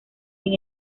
sin